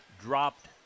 dropped